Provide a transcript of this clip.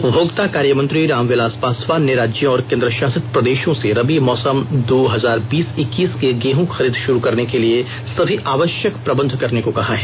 उपभोक्ता कार्य मंत्री रामविलास पासवान ने राज्यों और केन्द्र शासित प्रदेशों से रबी मौसम दो हजार बीस इक्कीस की गेहू खरीद शुरू करने के लिए सभी आवश्यक प्रबंध करने को कहा है